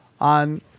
On